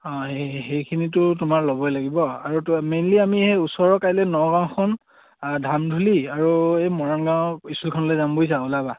অঁ সেইখিনিতো তোমাৰ ল'বই লাগিব আৰু মেইনলি আমি সেই ওচৰৰ কাইলে নগাঁওখন ধামধূলি আৰু এই মৰাংগাঁও স্কুলখনলে যাম ওলাবা